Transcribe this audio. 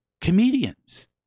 Comedians